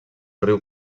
riu